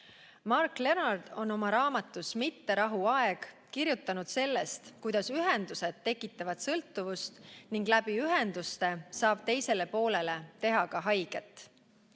Mark Leonard on oma raamatus "Mitterahu aeg" kirjutanud sellest, kuidas ühendused tekitavad sõltuvust ning ühenduste abil saab teisele poolele teha ka haiget.